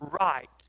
right